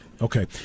Okay